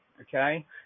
okay